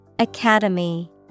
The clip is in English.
Academy